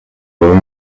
were